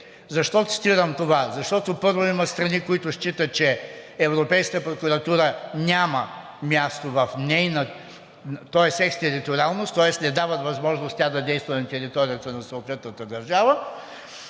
Защо цитирам това? Защото, първо, има страни, които считат, че Европейската прокуратура няма място, тоест екстериториалност – не дава възможност тя да действа на територията на съответната държава,